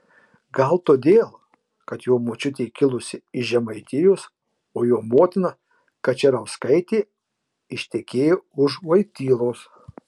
gal todėl kad jo močiutė kilusi iš žemaitijos o jo motina kačerauskaitė ištekėjo už vojtylos